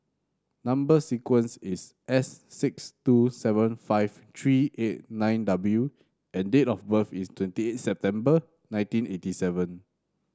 number sequence is S six two seven five three eight nine W and date of birth is twenty eight September nineteen eighty seven